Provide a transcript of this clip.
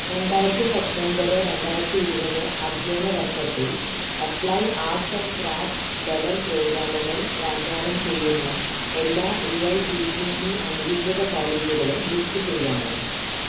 രണ്ടായിരത്തി പത്തൊൻപത് രണ്ടായിരത്തി ഇരുപത് അധ്യാന വർഷത്തിൽ applied arts and crafts level പ്രോഗ്രാമുകൾ വാഗ്ദാനം ചെയ്യുന്ന എല്ലാ A I C T E അംഗീകൃത കോളേജുകളും ലിസ്റ്റ് ചെയ്യാമോ